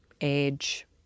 age